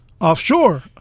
offshore